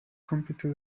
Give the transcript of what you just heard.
compito